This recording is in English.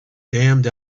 damned